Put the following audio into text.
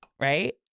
right